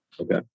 Okay